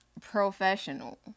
professional